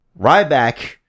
Ryback